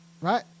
right